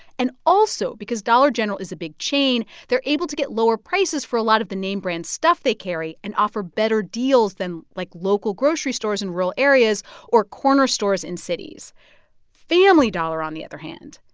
and also, because dollar general is a big chain, they're able to get lower prices for a lot of the name-brand stuff they carry and offer better deals than, like, local grocery stores in rural areas or corner stores in cities family dollar, on the other hand,